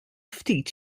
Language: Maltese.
ftit